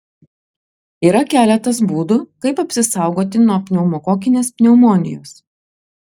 yra keletas būdų kaip apsisaugoti nuo pneumokokinės pneumonijos